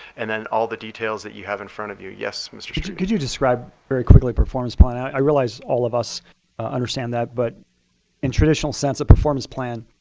and then all the details that you have in front of you yes, mr. strebe? could you describe very quickly performance plan? i realize all of us understand that. but in traditional sense of performance plan,